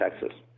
Texas